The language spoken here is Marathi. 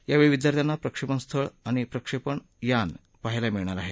यावेळी विद्यार्थ्यांना प्रक्षेपण स्थळ आणि प्रक्षेपण यान ही पाहायला मिळणार आहे